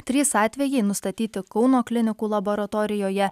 trys atvejai nustatyti kauno klinikų laboratorijoje